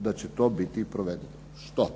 da će to biti i provedivo. Što?